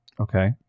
Okay